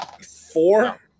Four